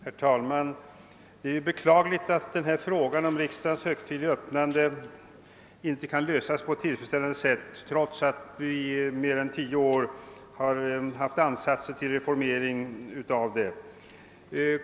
Herr talman! Det är beklagligt att frågan om riksdagens högtidliga öppnande inte har kunnat lösas på ett tillfredsställande sätt, trots att det under mer än 10 år funnits ansatser till reformering.